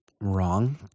wrong